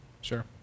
Sure